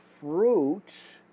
fruits